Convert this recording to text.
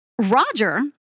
Roger